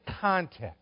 context